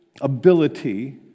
ability